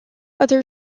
other